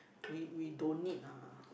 we we don't need ah